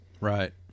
Right